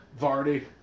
Vardy